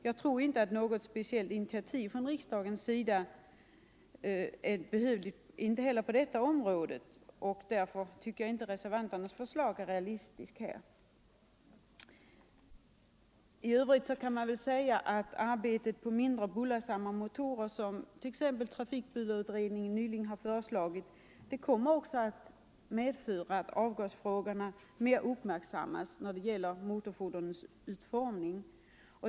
Jag tror inte att något speciellt initiativ från riksdagen är behövligt på det området, och jag tycker inte heller att reservanternas förslag är realistiskt. I övrigt kan man säga att arbetet på att få fram mindre bullersamma motorer — som t.ex. trafikbullerutredningen nyligen har föreslagit — kommer att medföra att avgasfrågorna uppmärksammas mera när det gäller motorfordonens utformning.